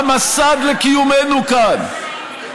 המסד לקיומנו כאן,